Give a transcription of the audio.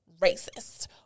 racist